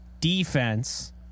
defense